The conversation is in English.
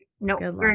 nope